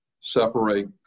separate